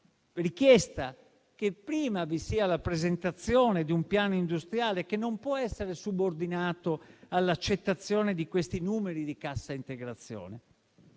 richiesta che prima vi sia la presentazione di un piano industriale, che non può essere subordinato all'accettazione di questi numeri di cassa integrazione.